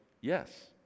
Yes